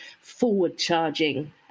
forward-charging